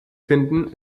finden